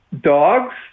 dogs